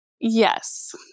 Yes